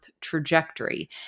trajectory